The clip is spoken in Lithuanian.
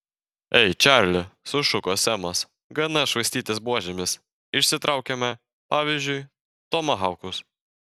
ei čarli sušuko semas gana švaistytis buožėmis išsitraukiame pavyzdžiui tomahaukus